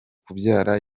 kubyara